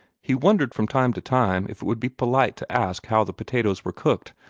he wondered from time to time if it would be polite to ask how the potatoes were cooked,